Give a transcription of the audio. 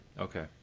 Okay